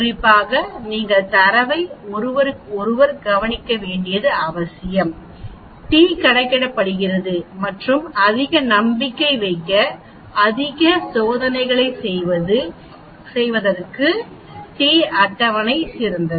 குறிப்பாக நீங்கள் தரவை ஒருவருக்கொருவர் கவனிக்க வேண்டியது அவசியம் t கணக்கிடப்படுகிறது மற்றும் அதிக நம்பிக்கை வைக்க அதிக சோதனைகளைச் செய்வது t அட்டவணை சிறந்தது